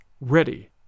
ready